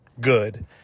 good